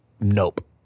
nope